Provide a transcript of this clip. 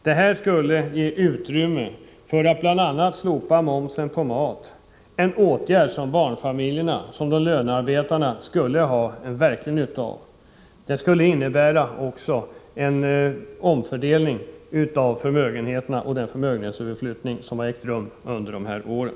Detta skulle ge utrymme för att bl.a. slopa momsen på mat, en åtgärd som barnfamiljerna liksom de lönearbetande skulle ha verklig nytta av. Det skulle också innebära en omfördelning av förmögenheterna och påverka den förmögenhetsöverflyttning som har ägt rum under de senaste åren.